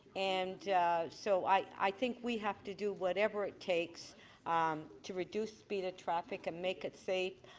and so i i think we have to do whatever it takes um to reduce speed of traffic and make it safe.